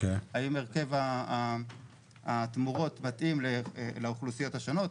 האם הרכב התמורות מתאים לאוכלוסיות השונות,